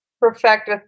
perfect